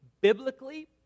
biblically